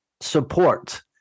support